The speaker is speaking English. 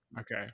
okay